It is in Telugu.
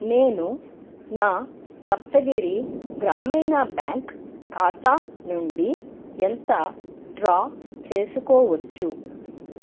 నేను నా సప్తగిరి గ్రామీణ బ్యాంక్ ఖాతా నుండి ఎంత డ్రా చేసుకోవచ్చు